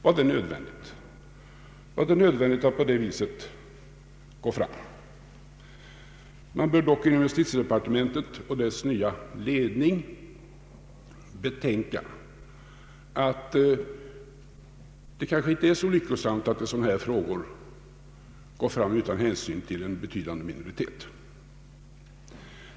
Var det nödvändigt att gå fram på det viset? Man bör inom justitiedepartementet och dess nya edning betänka att det i sådana här frågor kanske inte är så lyckosamt att föra fram förslag utan hänsyn till minoriteten.